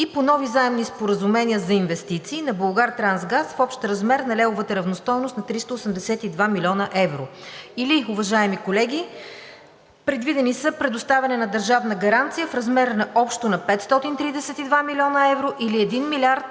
и по нови заемни споразумения за инвестиции на „Булгартрансгаз“ в общ размер на левовата равностойност на 382 млн. евро. Уважаеми колеги, предвидено е предоставяне на държавна гаранция в размер общо на 532 млн. евро, или 1 млрд.